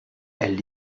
elles